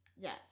Yes